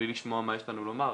בלי לשמוע מה יש לנו לומר.